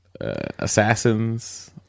assassins